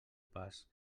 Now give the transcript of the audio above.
pas